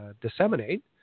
disseminate